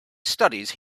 studies